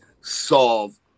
solve